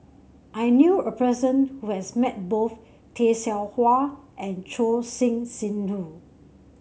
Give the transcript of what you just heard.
I knew a person who has met both Tay Seow Huah and Choor Singh Sidhu